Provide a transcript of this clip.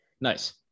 nice